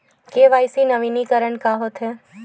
KYC नवीनीकरण का होथे?